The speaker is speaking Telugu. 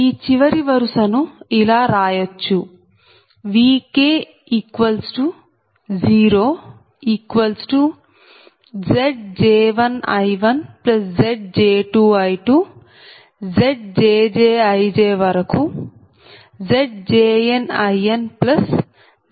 ఈ చివరి వరుస ను ఇలా రాయచ్చుVk0Zj1I1Zj2I2ZjjIjZjnInZjjZbIk